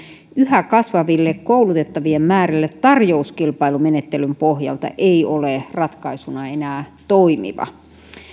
yhä kasvaville koulutettavien määrille tarjouskilpailumenettelyn pohjalta ei ole ratkaisuna enää toimiva